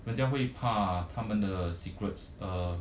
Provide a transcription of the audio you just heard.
人家会怕他们的 secrets uh